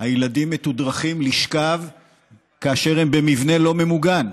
הילדים מתודרכים לשכב כאשר הם במבנה לא ממוגן,